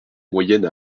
moyenne